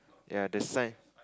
ya that's nine